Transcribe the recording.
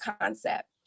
concept